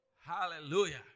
Hallelujah